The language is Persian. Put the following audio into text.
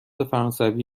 فرانسوی